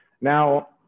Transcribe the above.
Now